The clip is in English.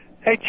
Hey